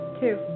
two